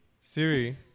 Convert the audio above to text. Siri